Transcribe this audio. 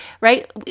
right